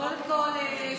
קודם כול,